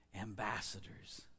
ambassadors